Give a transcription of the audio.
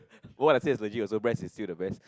what I said is the breast is still the best